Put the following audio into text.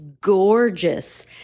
gorgeous